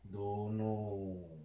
don't know